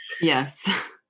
Yes